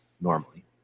normally